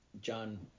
John